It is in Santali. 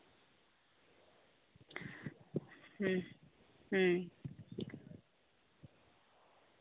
ᱦᱩᱸ ᱦᱩᱸ